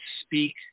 speak